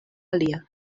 alia